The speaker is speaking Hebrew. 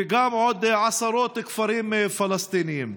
ועוד בעשרות כפרים פלסטיניים.